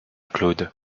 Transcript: claude